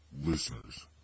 listeners